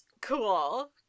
Cool